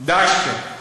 "דאעש" כן.